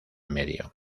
medio